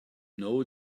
know